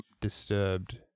Disturbed